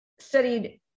studied